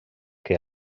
que